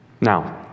now